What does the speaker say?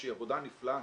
שהיא עבודה נפלאה,